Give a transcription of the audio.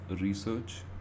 research